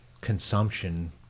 consumption